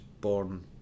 born